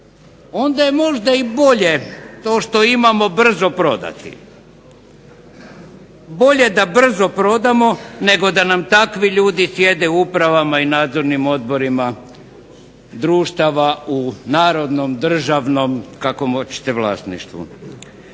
onda je možda i bolje to što imamo brzo prodati. Bolje da brzo prodamo nego da nam takvi ljudi sjede u upravama i nadzornim odborima društava u narodnom, državnom kakvom hoćete vlasništvu.